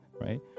right